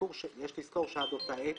יש לזכור שעד אותה עת